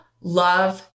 love